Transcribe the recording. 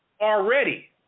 already